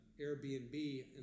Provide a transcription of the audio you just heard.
Airbnb